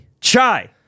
Chai